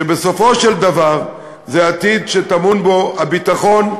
שבסופו של דבר הוא עתיד שטמון בו הביטחון,